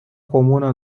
comună